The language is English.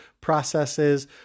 processes